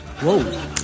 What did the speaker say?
Whoa